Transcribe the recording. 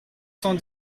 cent